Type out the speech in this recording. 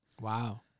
wow